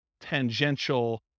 tangential